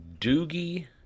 Doogie